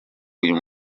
uyu